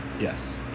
Yes